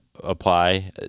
apply